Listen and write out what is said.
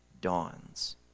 dawns